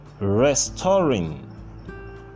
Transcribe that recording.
restoring